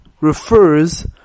refers